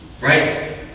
Right